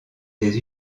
des